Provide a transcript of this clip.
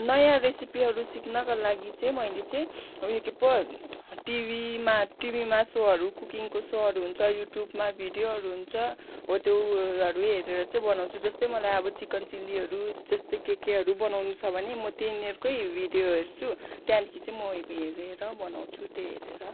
नयाँ रेसिपीहरू सिक्नका लागि चाहिँ मैले चाहिँ उयो के पो टिभीमा टिभीमा सोहरू कुकिङको सोहरू हुन्छ युट्युबमा भिडियोहरू हुन्छ हो त्योहरू हेरेर चाहिँ बनाउँछु जस्तै मलाई अब चिकन चिल्लीहरू जस्तै के केहरू बनाउनु छ भने म तिनीहरूकै भिडियो हेर्छु त्यहाँदेखि चाहिँ म हेरेर बनाउँछु त्यही हेरेर